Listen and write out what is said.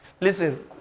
Listen